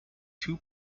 two